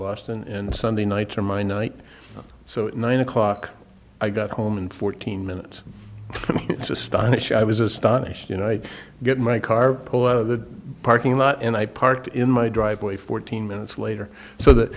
boston and sunday nights are my night so nine o'clock i got home and fourteen minutes it's astonishing i was astonished you know i get my car pulled out of the parking lot and i parked in my driveway fourteen minutes later so that